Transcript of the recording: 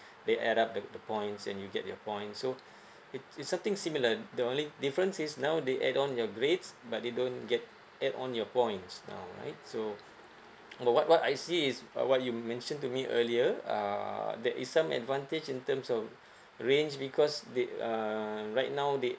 they add up the the points and you get your points so it's it's something similar the only difference is now they add on your grades but they don't get add on your points now right so what what I see is what you mention to me earlier uh there is some advantage in terms of range because they uh right now they